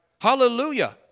Hallelujah